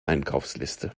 einkaufsliste